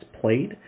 played